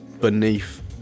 beneath